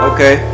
Okay